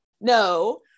no